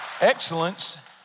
Excellence